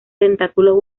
tentáculos